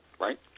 right